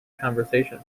conversation